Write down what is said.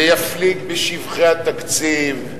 ויפליג בשבחי התקציב,